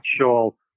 actual